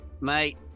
Mate